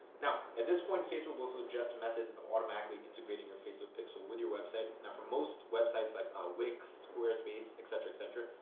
now at this point, facebook will suggest methods of automatically integrating your facebook pixel with your website. now, for most websites like a wix, squarespace, et cetera, et cetera,